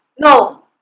No